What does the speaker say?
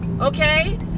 Okay